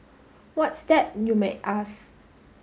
what's that you may ask